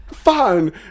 fine